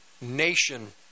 nation